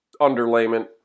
underlayment